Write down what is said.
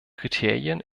kriterien